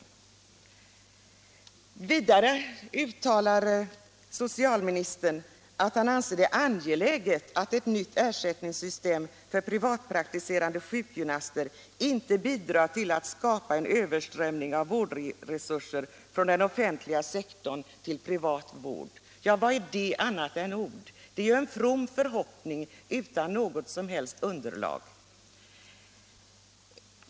Vidare anser socialministern att det är ”angeläget att ett nytt ersättningssystem för privatpraktiserande sjukgymnaster m.fl. inte bidrar till att skapa en överströmning av vårdresurser från den offentliga sektorn till privat vård”. Ja, vad är det annat än ord! Det är en from förhoppning utan något som helst underlag.